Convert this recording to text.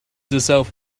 herself